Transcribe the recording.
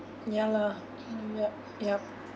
ya lah yup yup